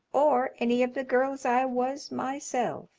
or any of the girls i was myself.